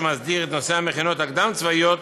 שמסדיר את נושא המכינות הקדם-צבאיות